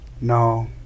No